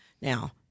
Now